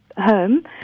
home